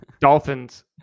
Dolphins